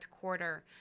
quarter